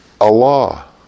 Allah